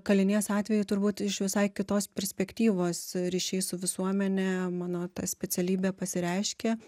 kalinės atveju turbūt iš visai kitos perspektyvos ryšiai su visuomene mano ta specialybė pasireiškė